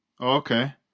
Okay